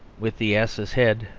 with the ass's head,